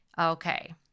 Okay